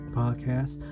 podcast